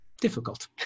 difficult